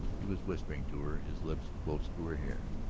he was whispering to her, his lips close to her hair.